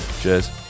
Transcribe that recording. Cheers